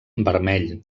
vermell